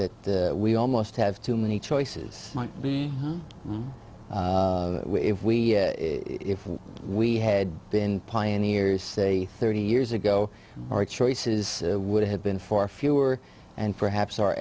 that we almost have too many choices might be if we if we had been pioneers say thirty years ago our choices would have been far fewer and perhaps our